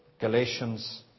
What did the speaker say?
Galatians